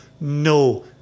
No